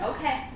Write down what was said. Okay